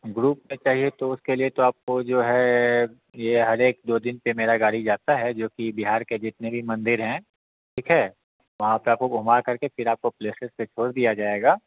group में चाहिए तो उसके लिए आपको जो है यह हर एक दो दिन पर मेरा गाड़ी जाता है जो कि बिहार के जितने भी मंदिर है ठीक है वहाँ पर आपको घूमा करके फिर आपको स्टेशन पर छोड़ दिया जाएगा